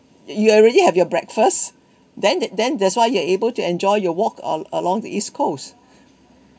you already have your breakfast then then that's why you are able to enjoy your walk a~ along the east coast